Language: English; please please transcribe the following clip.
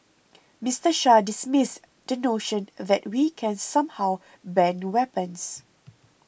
Mister Shah dismissed the notion that we can somehow ban weapons